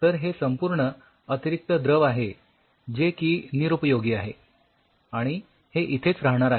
तर हे संपूर्ण अतिरिक्त द्रव आहे जे की निरुपयोगी आहे आणि हे इथेच राहणार आहे